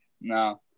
No